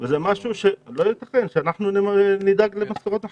זה לא נתפס שאנחנו נדאג למשכורות המחבלים,